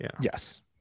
Yes